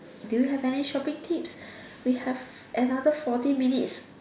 do you have any shopping tips we have another forty minutes